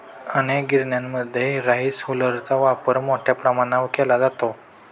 अनेक गिरण्यांमध्ये राईस हुलरचा वापर मोठ्या प्रमाणावर केला जातो